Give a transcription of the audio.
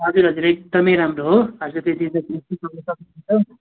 हजुर हजुर एकदमै राम्रो हो हजुर